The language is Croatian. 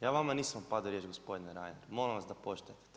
Ja vama nisam upadao u riječ gospodine Reiner, molim vas da poštujete to.